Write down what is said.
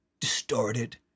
distorted